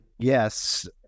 Yes